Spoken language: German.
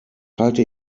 halte